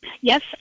Yes